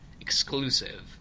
exclusive